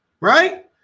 right